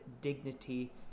dignity